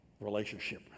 relationship